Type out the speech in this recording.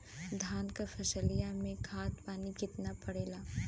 धान क फसलिया मे खाद पानी कितना पड़े ला?